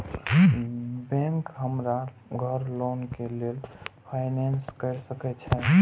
Bank हमरा घर loan के लेल फाईनांस कर सके छे?